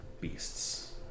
beasts